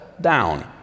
down